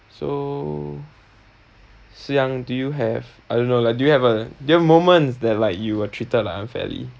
so xiang do you have I don't know like do you have a do you have moments that like you were treated like unfairly